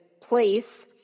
place